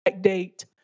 date